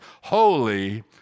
holy